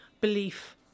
belief